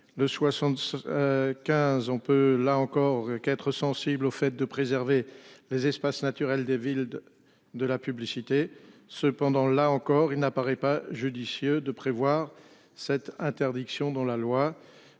Le 60. 15 on peut là encore qu'être sensible au fait de préserver les espaces naturels des villes de de la publicité. Cependant, là encore il n'apparaît pas judicieux de prévoir cette interdiction dans la loi.